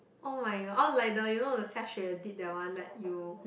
oh-my-god oh like the you know the xiaxue did that one like you